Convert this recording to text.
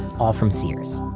all from sears.